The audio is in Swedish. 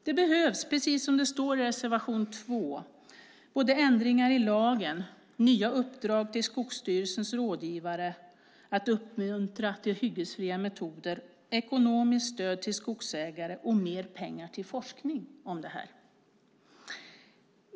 Det behövs, precis som det står i reservation 2, både ändringar i lagen och nya uppdrag till Skogsstyrelsens rådgivare att uppmuntra till hyggesfria metoder, ekonomiskt stöd till skogsägare och mer pengar till forskning om detta.